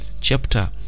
chapter